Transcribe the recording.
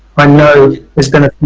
i know there's been